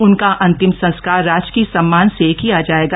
उनका अंतिम सस्कार राजकीय सम्मान किया जाएगा